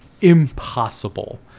impossible